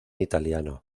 italiano